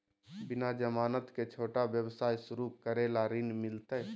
बिना जमानत के, छोटा व्यवसाय शुरू करे ला ऋण मिलतई?